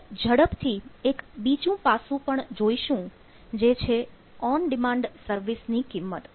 આપણે ઝડપથી એક બીજું પાસું પણ જોઇશું જે છે ઓન ડિમાન્ડ સર્વિસ ની કિંમત